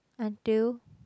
until